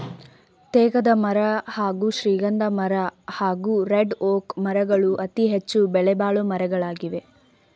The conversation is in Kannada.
ತೇಗದಮರ ಹಾಗೂ ಶ್ರೀಗಂಧಮರ ಹಾಗೂ ರೆಡ್ಒಕ್ ಮರಗಳು ಅತಿಹೆಚ್ಚು ಬೆಲೆಬಾಳೊ ಮರಗಳಾಗವೆ